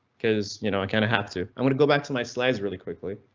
cause, you know, i kind of have to i mean to go back to my slides really quickly.